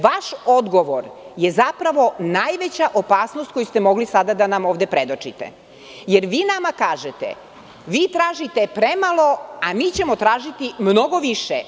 Vaš odgovor je zapravo najveća opasnost koju ste mogli sada da nam ovde predočite, jer vi nama kažete – vi tražite premalo, a mi ćemo tražiti mnogo više.